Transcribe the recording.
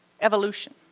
evolution